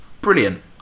brilliant